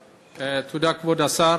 תודה, כבוד השר.